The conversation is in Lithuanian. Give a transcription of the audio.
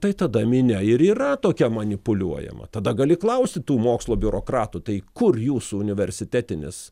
tai tada minia ir yra tokia manipuliuojama tada gali klausti tų mokslo biurokratų tai kur jūsų universitetinis